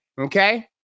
Okay